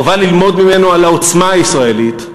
חובה ללמוד ממנו על העוצמה הישראלית,